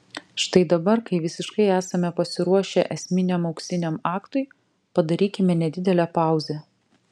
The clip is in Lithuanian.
štai dabar kai visiškai esame pasiruošę esminiam auksiniam aktui padarykime nedidelę pauzę